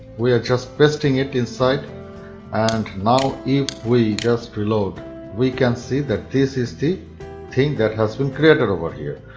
we are just pasting it inside and now if we just reload we can see that this is the thing that has been created over here.